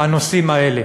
הנושאים האלה,